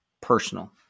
personal